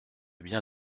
bien